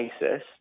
basis